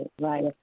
right